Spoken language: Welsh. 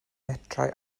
metrau